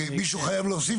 מישהו חייב להוסיף